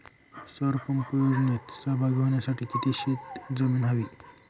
सौर पंप योजनेत सहभागी होण्यासाठी किती शेत जमीन हवी?